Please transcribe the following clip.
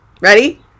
ready